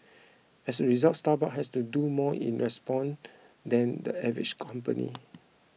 as a result Starbucks had to do more in response than the average company